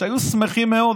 שהיו שמחים מאוד,